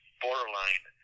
borderline